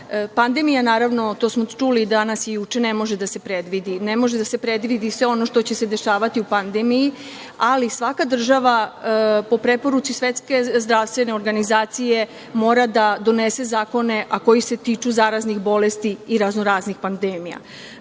pandemija, naravno, to smo čuli danas i juče, ne može da se predvidi, ne može da se predvidi sve ono što će se dešavati u pandemiji, ali svaka država, po preporuci Svetske zdravstvene organizacije mora da donese zakone koji se tiču zaraznih bolesti i raznoraznih pandemija. Narodna